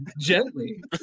gently